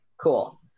Cool